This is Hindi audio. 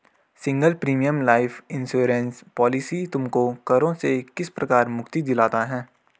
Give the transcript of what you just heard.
Single premium life insurance policy तुमको करों से किस प्रकार मुक्ति दिलाता है?